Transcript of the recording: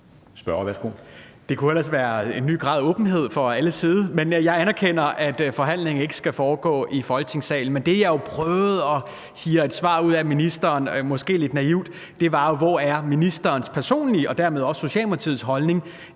Det kunne ellers være en ny grad af åbenhed fra alles side. Men jeg anerkender, at forhandlingen ikke skal foregå i Folketingssalen. Jeg prøvede jo at hive et svar ud af ministeren, måske lidt naivt, i forhold til ministerens personlige og dermed også Socialdemokratiets holdning